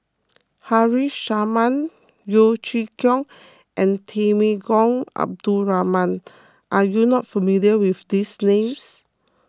Haresh Sharma Yeo Chee Kiong and Temenggong Abdul Rahman are you not familiar with these names